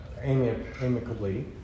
amicably